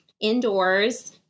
indoors